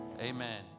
amen